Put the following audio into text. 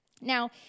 Now